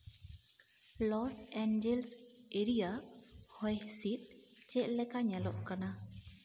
loss Angeles area ᱦᱚᱭ ᱦᱤᱸᱥᱤᱫ ᱪᱮᱫ ᱞᱮᱠᱟ ᱧᱮᱞᱚᱜ ᱠᱟᱱᱟ